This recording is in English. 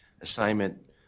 assignment